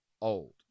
old